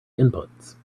inputs